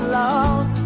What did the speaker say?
love